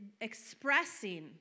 expressing